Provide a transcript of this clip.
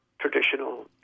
traditional